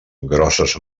grosses